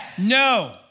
No